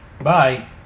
Bye